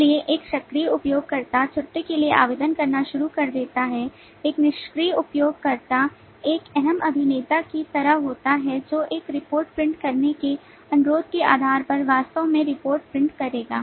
इसलिए एक सक्रिय उपयोगकर्ता छुट्टी के लिए आवेदन करना शुरू कर देता है एक निष्क्रिय उपयोगकर्ता एक एहम अभिनेता की तरह होता है जो एक रिपोर्ट प्रिंट करने के अनुरोध के आधार पर वास्तव में रिपोर्ट प्रिंट करेगा